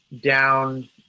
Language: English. down